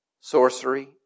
sorcery